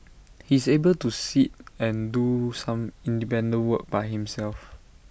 he's able to sit and do some independent work by himself